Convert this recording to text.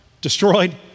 destroyed